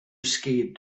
scared